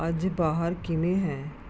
ਅੱਜ ਬਾਹਰ ਕਿਵੇਂ ਹੈ